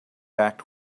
act